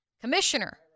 commissioner